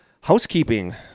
Housekeeping